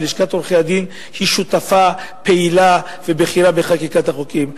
ולשכת עורכי-הדין היא שותפה פעילה ובכירה בחקיקת החוקים.